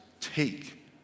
take